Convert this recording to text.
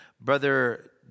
Brother